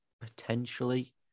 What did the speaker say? Potentially